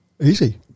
Easy